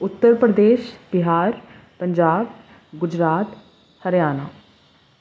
Uttar Pradesh Bihar Punjab Gujarat Haryana